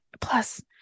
Plus